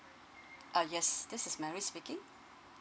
uh yes this is mary speaking